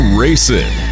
racing